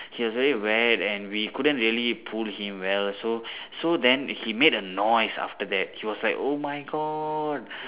he was very wet and we couldn't really pull him well so so then he made a noise after that he was like oh my god